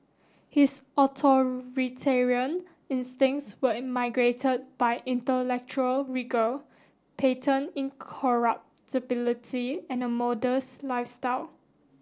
his authoritarian instincts were immigrated by intellectual rigour patent incorruptibility and a modest lifestyle